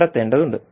കണ്ടെത്തേണ്ടതുണ്ട്